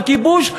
על כיבוש,